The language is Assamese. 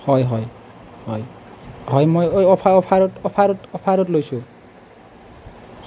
হয় হয় হয় হয় মই অফাৰত লৈছোঁ